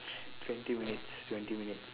twenty minutes twenty minutes